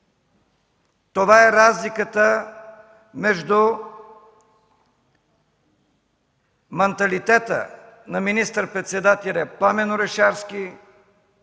Това е разликата между манталитета на министър-председателя Пламен Орешарски